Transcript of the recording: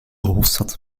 hoofdstad